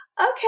okay